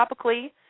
topically